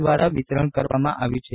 દ્વારા વિતરણ કરવામાં આવ્યું છે